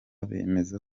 bemeza